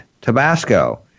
Tabasco